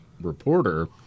reporter